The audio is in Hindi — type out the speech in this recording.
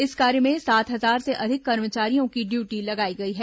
इस कार्य में सात हजार से अधिक कर्मचारियों की ड्यूटी लगाई गई है